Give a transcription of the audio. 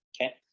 Okay